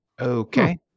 okay